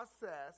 process